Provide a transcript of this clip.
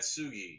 Sugi